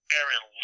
Aaron